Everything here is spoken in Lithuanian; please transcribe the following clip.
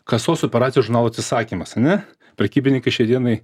kasos operacijų žurnalų atsisakymas ane prekybininkai šiai dienai